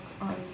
on